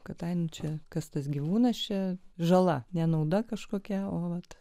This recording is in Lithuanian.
kad ai nu čia kas tas gyvūnas čia žala nenauda kažkokia o vat